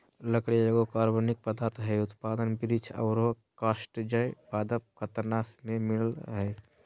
लकड़ी एगो कार्बनिक पदार्थ हई, उत्पादन वृक्ष आरो कास्टजन्य पादप के तना में मिलअ हई